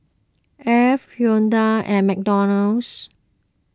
Alf Hyundai and McDonald's